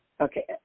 Okay